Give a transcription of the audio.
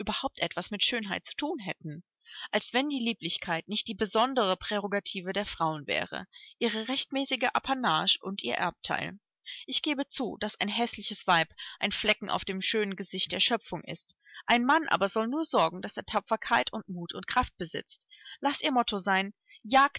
überhaupt etwas mit schönheit zu thun hätten als wenn die lieblichkeit nicht die besondere prärogative der frauen wäre ihre rechtmäßige apanage und ihr erbteil ich gebe zu daß ein häßliches weib ein flecken auf dem schönen gesicht der schöpfung ist ein mann aber soll nur sorgen daß er tapferkeit und mut und kraft besitzt laß ihr motto sein jagd